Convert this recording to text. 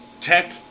tech